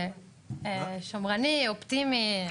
שמרני, אופטימי.